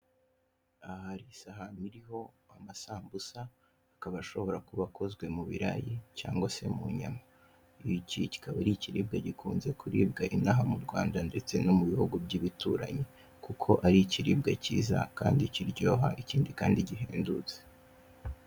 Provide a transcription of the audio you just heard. Aha hari isahani iriho amasambusa, akaba ashobora kuba akozwe mu birayi cyangwa se mu nyama; iki kikaba ari ikiribwa gikunze kuribwa inaha mu Rwanda ndetse no mu bihugu by'ibituranyi, kuko ari ikiribwa kiza kandi kiryoha ikindi kandi gihendutse.